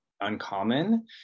uncommon